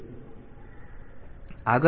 તેથી આપણે તે પછીથી જોઈશું